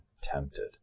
tempted